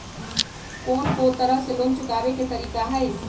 कोन को तरह से लोन चुकावे के तरीका हई?